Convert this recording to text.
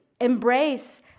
embrace